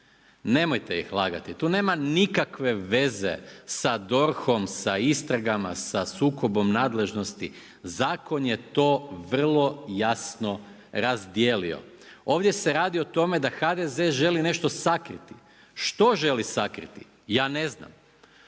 nemojte ih lagati. Tu nema nikakve veze sa DORH-o, sa istragama, sa sukobom nadležnosti. Zakon je to vrlo jasno razdijelio. Ovdje se radi o tome da HDZ želi nešto sakriti. Što želi sakriti? Ja ne znam.